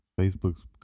Facebook's